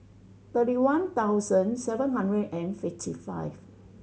thirty one thousand seven hundred and fifty five